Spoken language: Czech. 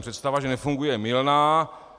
Představa, že nefunguje, je mylná.